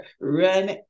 run